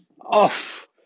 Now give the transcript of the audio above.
Off